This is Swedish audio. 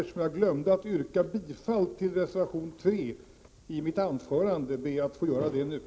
Eftersom jag glömde att yrka bifall till reservation 3 i mitt anförande, ber jag att få göra det nu.